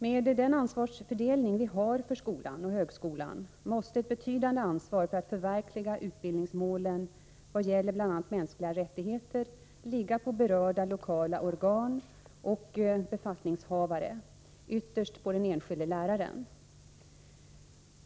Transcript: Med den ansvarsfördelning vi har för skolan och högskolan måste ett betydande ansvar för att förverkliga utbildningsmålen i vad gäller bl.a. mänskliga rättigheter ligga på berörda lokala organ och befattningshavare — ytterst på den enskilde läraren.